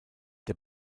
der